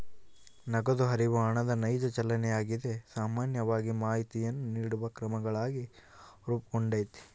ನಗದು ಹರಿವು ಹಣದ ನೈಜ ಚಲನೆಯಾಗಿದೆ ಸಾಮಾನ್ಯವಾಗಿ ಮಾಹಿತಿಯನ್ನು ನೀಡುವ ಕ್ರಮಗಳಾಗಿ ರೂಪುಗೊಂಡೈತಿ